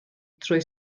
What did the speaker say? drwy